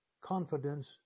confidence